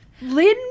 Lynn